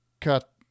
cut